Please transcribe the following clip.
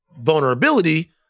vulnerability